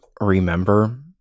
remember